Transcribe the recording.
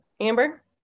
Amber